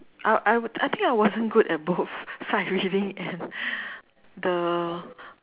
I I I think I wasn't good at both sight reading and the